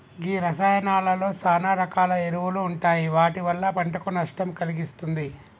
గీ రసాయానాలలో సాన రకాల ఎరువులు ఉంటాయి వాటి వల్ల పంటకు నష్టం కలిగిస్తుంది